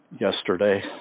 yesterday